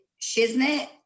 Shiznit